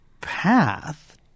path